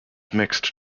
mixed